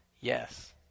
Yes